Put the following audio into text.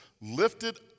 lifted